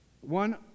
One